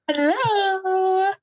Hello